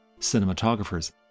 cinematographers